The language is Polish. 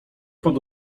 pod